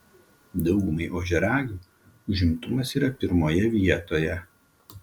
daugumai ožiaragių užimtumas yra pirmoje vietoje